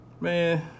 Man